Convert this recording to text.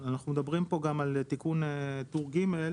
אנחנו מדברים פה גם על תיקון טור ג',